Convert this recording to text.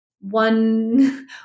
one